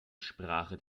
sprache